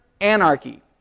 anarchy